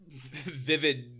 vivid